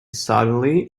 suddenly